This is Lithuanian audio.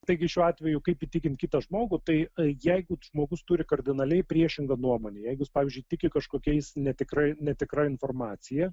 taigi šiuo atveju kaip įtikint kitą žmogų tai jeigu žmogus turi kardinaliai priešingą nuomonę jeigu jis pavyzdžiui tiki kažkokiais netikrais netikra informacija